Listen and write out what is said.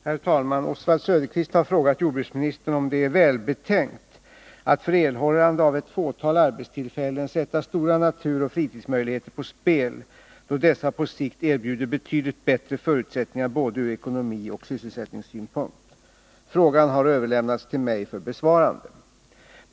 Herr talman! Oswald Söderqvist har frågat jordbruksministern om det är välbetänkt att för erhållande av ett fåtal arbetstillfällen sätta stora naturoch fritidsmöjligheter på spel, då dessa på sikt erbjuder betydligt bättre förutsättningar både ur ekonomioch sysselsättningssynpunkt. Frågan har överlämnats till mig för besvarande.